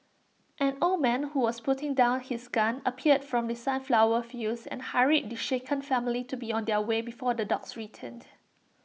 an old man who was putting down his gun appeared from the sunflower fields and hurried the shaken family to be on their way before the dogs return